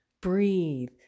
breathe